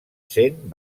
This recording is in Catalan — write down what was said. sent